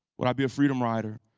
would i be a freedom rider?